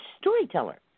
storyteller